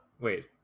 wait